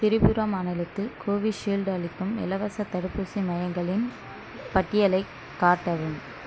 திரிபுரா மாநிலத்தில் கோவிஷீல்டு அளிக்கும் இலவசத் தடுப்பூசி மையங்களின் பட்டியலைக் காட்டவும்